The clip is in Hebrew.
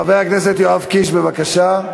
חבר הכנסת יואב קיש, בבקשה.